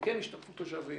כן השתתפות תושבים,